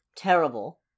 Terrible